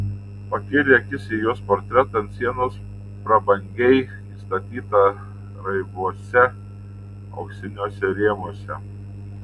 pakėlė akis į jos portretą ant sienos prabangiai įstatytą raibuose auksiniuose rėmuose